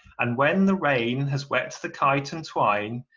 and when the rain has wet the kite and twine,